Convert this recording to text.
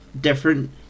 different